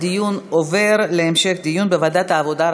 הנושא יועבר להמשך דיון בוועדת העבודה,